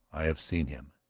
i have seen him.